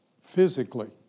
physically